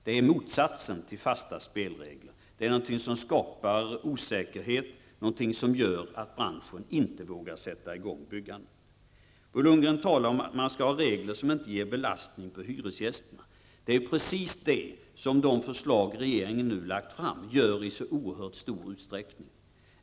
Det är motsatsen till fasta spelregler. Det är något som skapar osäkerhet och som gör att branschen inte vågar sätta igång med byggandet. Bo Lundgren talar om regler som inte belastar hyresgästerna. Det är precis det som de förslag regeringen har lagt gör i så stor utsträckning.